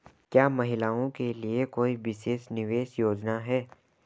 क्या महिलाओं के लिए कोई विशेष निवेश योजना है?